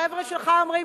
החבר'ה שלך אומרים,